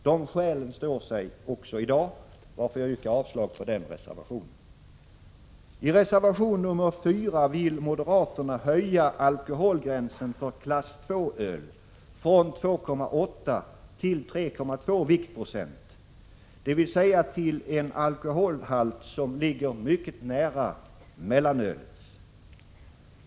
De skälen står sig också i dag, varför jag yrkar avslag på den reservationen. I reservation nr 4 vill moderaterna höja alkoholgränsen för klass IT-öl från 2,8 till 3,2 viktprocent, dvs. till en alkoholhalt som ligger mycket nära mellanölets.